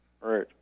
Right